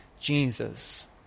Jesus